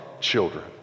children